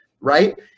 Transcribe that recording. right